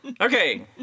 Okay